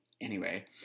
anyway-